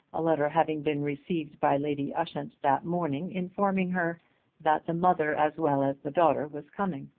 a letter having been received by lady ushant that morning informing her that the mother as well as the daughter was coming.